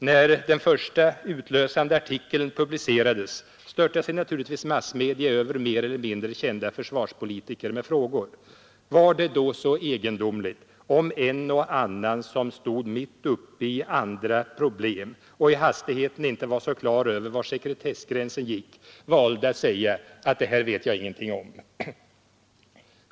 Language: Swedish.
När den första utlösande artikeln publicerades störtade sig naturligtvis massmedia över mer eller mindre kända försvarspolitiker med frågor. Var det då så egendomligt om en och annan, som stod mitt uppe i andra problem och i hastigheten inte var så klar över var sekretessgränsen gick, valde att säga att ”det här vet jag ingenting om”?